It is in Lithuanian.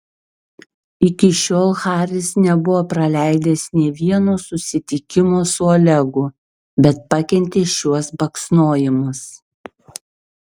iki šiol haris nebuvo praleidęs nė vieno susitikimo su olegu bet pakentė šiuos baksnojimus